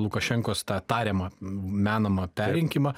lukašenkos tą tariamą menamą perrinkimą